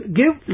give